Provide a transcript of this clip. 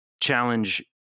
challenge